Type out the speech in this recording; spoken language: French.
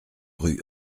rue